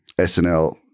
SNL